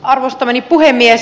arvostamani puhemies